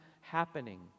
happening